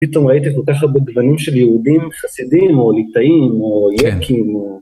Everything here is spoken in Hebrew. פתאום ראית כל כך הרבה גוונים של יהודים חסידים, או ליטאים, או יקים.